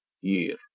year